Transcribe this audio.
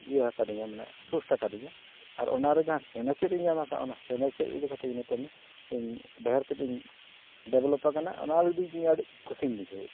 ᱤᱭᱟᱹ ᱠᱟᱹᱫᱤᱧᱟ ᱢᱟᱱᱮ ᱠᱟᱫᱤᱧᱟ ᱟᱨ ᱚᱱᱟᱨᱮ ᱡᱟᱦᱟᱸ ᱥᱮᱱᱮᱪᱮᱫ ᱧᱟᱢ ᱠᱟᱜᱼᱟ ᱚᱱᱟ ᱥᱮᱱᱮᱪᱮᱫ ᱤᱫᱤ ᱠᱟᱛᱮᱫ ᱱᱤᱛᱚᱝ ᱰᱷᱮᱹᱨ ᱛᱮᱫ ᱤᱧ ᱰᱮᱵᱷᱮᱞᱚᱯ ᱟᱠᱟᱱᱟ ᱚᱱᱟ ᱟᱹᱰᱤ ᱠᱩᱥᱤᱧ ᱵᱩᱡᱷᱟᱹᱣᱮᱜᱼᱟ